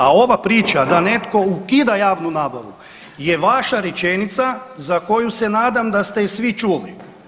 A ova priča da netko ukida javnu nabavu je vaša rečenica za koju se nadam da ste je svi čuli.